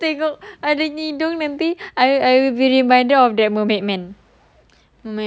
I just want to take out ada hidung nanti I will be reminded of that mermaid man